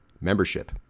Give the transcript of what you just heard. membership